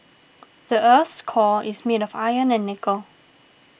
the earth's core is made of iron and nickel